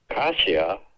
Kasia